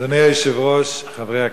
אדוני היושב-ראש, חברי הכנסת,